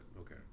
okay